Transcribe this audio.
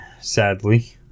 sadly